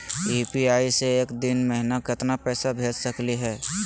UPI स एक दिनो महिना केतना पैसा भेज सकली हे?